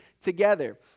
together